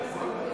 גפני,